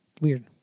weird